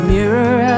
Mirror